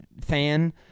fan